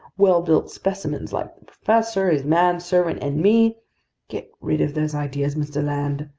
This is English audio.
well-built specimens like the professor, his manservant, and me get rid of those ideas, mr. land,